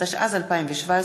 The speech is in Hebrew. התשע"ז 2017,